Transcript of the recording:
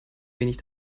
wenig